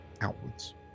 outwards